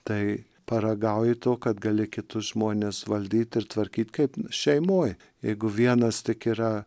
tai paragauji to kad gali kitus žmones valdyti ir tvarkyti kaip šeimoje jeigu vienas tik yra